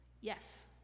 Yes